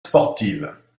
sportive